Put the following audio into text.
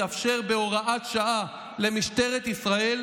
תאפשר למשטרת ישראל,